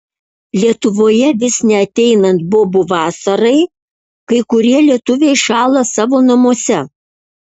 lietuvoje vis neateinat bobų vasarai kai kurie lietuviai šąla savo namuose